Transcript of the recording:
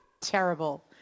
terrible